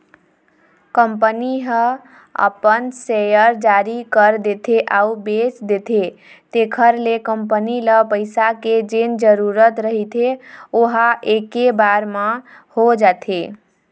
company ह अपन share जारी कर देथे अउ बेच देथे तेखर ले कंपनी ल पइसा के जेन जरुरत रहिथे ओहा ऐके बार म हो जाथे